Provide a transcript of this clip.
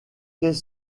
qu’est